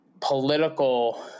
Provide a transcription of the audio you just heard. political